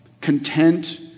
content